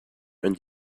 and